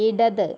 ഇടത്